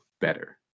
better